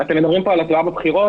אתם מדברים פה על הגעה לבחירות.